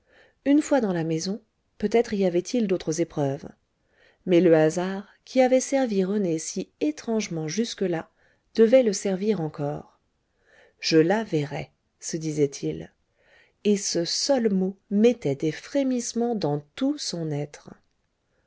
une fois dans la maison peut-être y avait-il d'autres épreuves mais le hasard qui avait servi rené si étrangement jusque-là devait le servir encore je la verrai se disait-il et ce seul mot mettait des frémissements dans tout son être